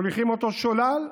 מוליכים אותו שולל,